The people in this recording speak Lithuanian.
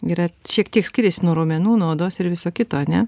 yra šiek tiek skiriasi nuo raumenų nuo odos ir viso kito ane